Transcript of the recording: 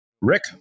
Rick